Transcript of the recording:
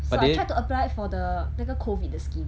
so I tried to apply for the 那个 COVID 的 scheme